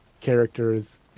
characters